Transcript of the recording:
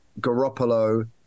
Garoppolo